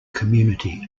community